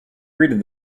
greeted